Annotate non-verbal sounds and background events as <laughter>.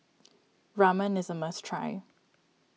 <noise> Ramen is a must try